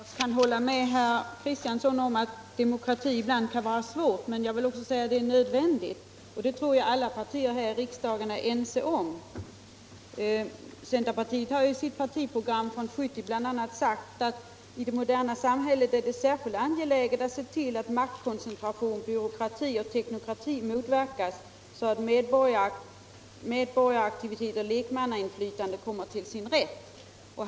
Herr talman! Jag kan hålla med herr Kristiansson om att demokrati ibland kan vara någoting svårt, men jag vill också säga att den är nödvändig. Det tror jag alla partier här i riksdagen är ense om. Centerpartiet har ju i sitt partiprogram från 1970 bl.a. sagt att det i det moderna samhället är särskilt angeläget att se till att maktkoncentration, byråkrati och teknokrati motverkas så att medborgaraktivitet och lekmannainflytande kommer till sin rätt.